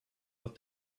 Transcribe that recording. but